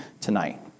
tonight